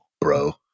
bro